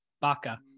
Baka